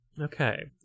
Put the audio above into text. Okay